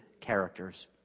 characters